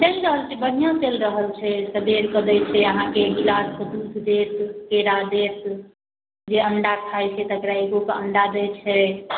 चलि रहल छै बढ़िआँ चलि रहल छै सवेरके दैत छै अहाँकेँ एक गिलासके दूध देत केरा देत जे अंडा खाइत छै तकरा एगोके अंडा दैत छै